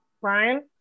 Brian